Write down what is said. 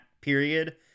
period